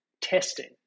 testing